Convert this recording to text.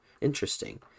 Interesting